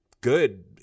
good